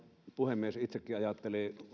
puhemies itsekin ajattelin kiinnittää huomiota